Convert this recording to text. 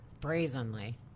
Brazenly